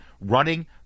running